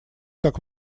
так